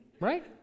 right